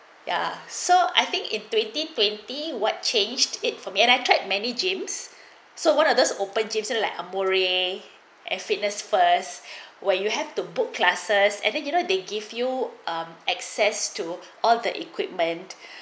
ya so I think it twenty twenty what changed it for me and I tried many gyms so what others open gives you like a moray and fitness first where you have to book classes and then you know they give you um access to all the equipment